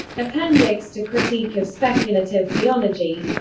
appendix to critique of speculative theology